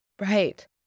Right